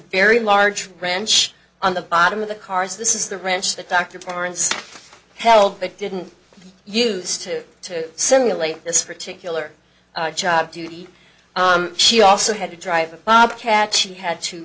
very large ranch on the bottom of the cars this is the ranch that dr torrance held but didn't use to to simulate this particular job duty she also had to drive a bobcat she had to